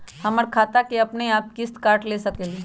हमर खाता से अपनेआप किस्त काट सकेली?